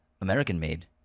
American-made